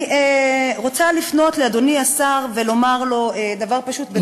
אני רוצה לפנות לאדוני השר ולומר לו דבר פשוט.